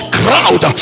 crowd